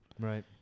Right